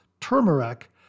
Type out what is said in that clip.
turmeric